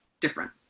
different